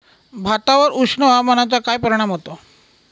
भातावर उष्ण हवामानाचा काय परिणाम होतो?